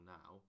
now